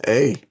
Hey